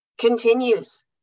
Continues